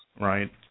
right